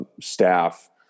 staff